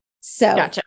So-